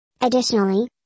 Additionally